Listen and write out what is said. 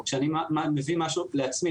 או כשאני מביא משהו לעצמי,